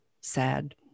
sad